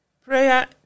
Prayer